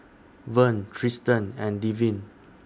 Vern Triston and Devin